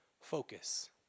Focus